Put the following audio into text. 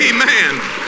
Amen